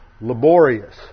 laborious